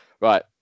Right